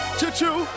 Choo-choo